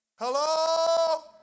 Hello